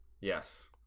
Yes